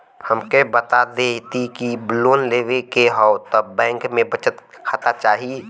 हमके बता देती की लोन लेवे के हव त बैंक में बचत खाता चाही?